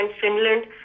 Finland